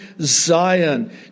Zion